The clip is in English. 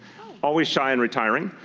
always shy and retiring.